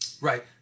Right